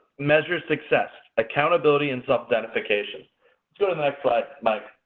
measure success, accountability and self identification. go to next slide, mike.